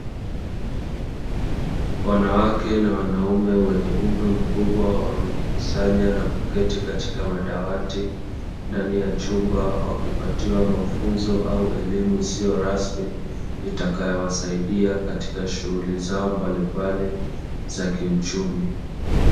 Wanawake na wanaume wenye umri mkubwa wamejikusanya na kuketi katika madawati, ndani ya chumba wakipatiwa mafunzo au elimu isiyo rasmi itakayowasaidia katika shughuli zao mbalimbali za kiuchumi.